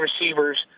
receivers